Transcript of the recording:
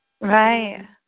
Right